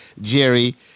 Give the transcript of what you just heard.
Jerry